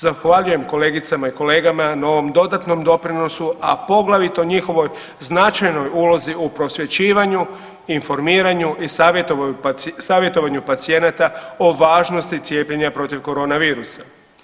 Zahvaljujem kolegicama i kolegama na ovom dodatnom doprinosu, a poglavito njihovoj značajnoj ulozi u prosvjećivanju, informiranju i savjetovanju pacijenata o važnosti cijepljenja protiv koronavirusa.